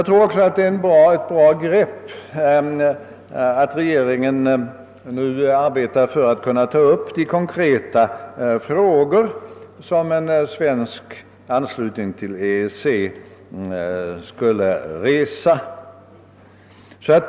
Det är också ett bra grepp av regeringen att nu arbeta för att man först skall ta upp de konkreta frågor, som en svensk anslutning till EEC skulle resa.